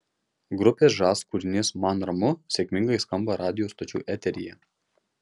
grupės žas kūrinys man ramu sėkmingai skamba radijo stočių eteryje